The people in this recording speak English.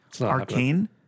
Arcane